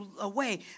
away